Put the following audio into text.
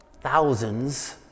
thousands